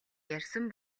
ярьсан